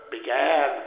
began